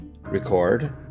record